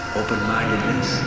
open-mindedness